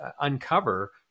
uncover